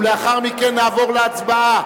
ולאחר מכן נעבור להצבעה,